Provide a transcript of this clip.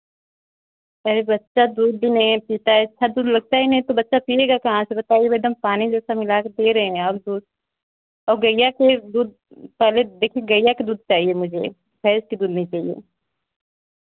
अरे बच्चा दूध भी नहीं पीता है अच्छा दूध लगता ही नहीं तो बच्चा पिएगा कहाँ से बताइए एकदम पानी जैसा मिला के दे रहे हैं आप दूध और गैया के दूध पहले देखिए गैया के दूध चाहिए मुझे भैंस के दूध नहीं चहिए